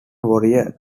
warrior